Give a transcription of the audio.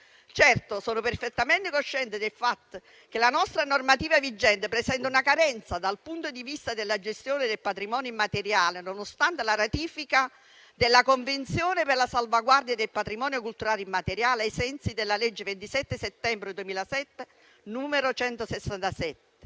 Certo, sono perfettamente cosciente del fatto che la nostra normativa vigente presenta una carenza dal punto di vista della gestione del patrimonio immateriale, nonostante la ratifica della Convenzione per la salvaguardia del patrimonio culturale immateriale, ai sensi della legge 27 settembre 2007, n. 167,